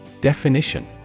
Definition